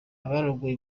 abarongoye